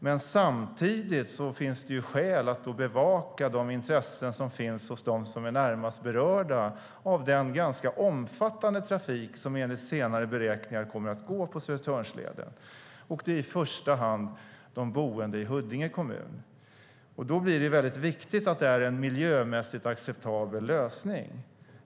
Men samtidigt finns det skäl att bevaka de intressen som finns hos dem som är närmast berörda av den ganska omfattande trafik som enligt senare beräkningar kommer att gå på Södertörnsleden. Det gäller i första hand de boende i Huddinge kommun. Det är väldigt viktigt att det blir en miljömässigt acceptabel lösning.